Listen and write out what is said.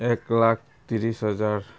এক লাখ ত্ৰিছ হাজাৰ